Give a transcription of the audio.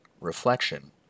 reflection